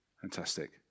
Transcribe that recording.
Fantastic